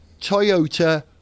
Toyota